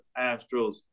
Astros